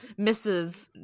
Mrs